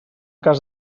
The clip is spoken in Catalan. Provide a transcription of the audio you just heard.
cas